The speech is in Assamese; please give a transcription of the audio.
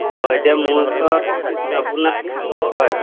অঁ এতিয়া মোৰ ওচৰত আপোনাৰ হয়